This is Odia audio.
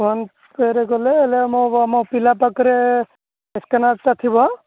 ଫୋନ୍ ପେ ରେ କଲେ ହେଲେ ଆମ ଆମ ପିଲା ପାଖରେ ସ୍କାନର୍ ଟା ଥିବ